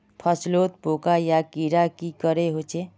फसलोत पोका या कीड़ा की करे होचे?